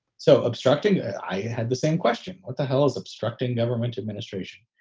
so obstructing. i had the same question. what the hell is obstructing government administration?